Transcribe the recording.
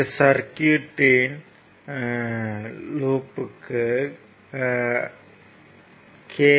இந்த சர்க்யூட்யின் லூப்க்கு கே